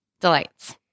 delights